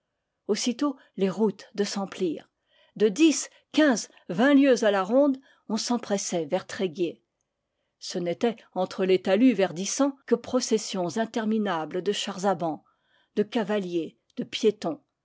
aussitôt les routes de s'emplir de dix quinze vingt lieues à la ronde on s'empressait vers tréguier ce n'étaient entre les talus verdissants que processions interminables de chars à bancs de cavaliers de piétons